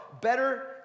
Better